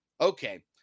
Okay